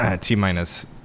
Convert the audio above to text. T-minus